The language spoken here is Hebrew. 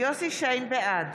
בעד